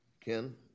Ken